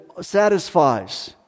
satisfies